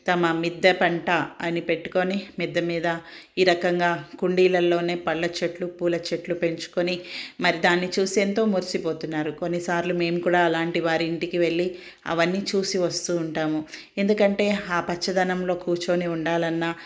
తమ మిద్దె పంట అని పెట్టుకుని మిద్దె మీద ఈ రకంగా కుండీలల్లోనే పళ్ళ చెట్లు పూల చెట్లు పెంచుకుని మరి దాన్ని చూసి ఎంతో మురిసిపోతున్నారు కొన్నిసార్లు మేము కూడా అలాంటివారి ఇంటికి వెళ్ళి అవన్నీ చూసి వస్తూ ఉంటాము ఎందుకంటే ఆ పచ్చదనంలో కూర్చుని ఉండాలన్నా